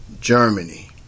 Germany